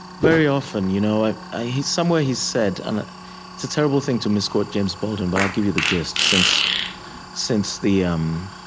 very often. you know ah ah somewhere, he said and it's a terrible thing to misquote james baldwin, but i'll give you the gist, since since the um